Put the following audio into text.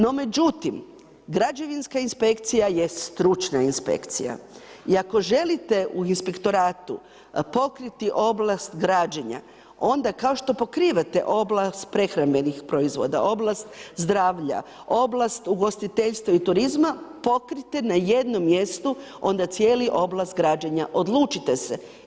No, međutim, građevinska inspekcija je stručna inspekcija i ako želite u inspektoratu pokriti oblast građenja, onda kao što pokrivate oblast prehrambenih proizvoda, oblast zdravlja, oblast ugostiteljstva i turizma, pokrite na jednom mjestu onda cijeli oblast građenja, odlučite se.